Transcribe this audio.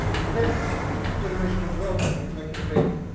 prevent generational wealth from accumulating.